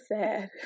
sad